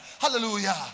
Hallelujah